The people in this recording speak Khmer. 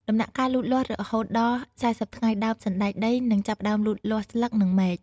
ដំណាក់កាលលូតលាស់ រហូតដល់ ៤០ ថ្ងៃ ដើមសណ្ដែកដីនឹងចាប់ផ្តើមលូតលាស់ស្លឹក និងមែក។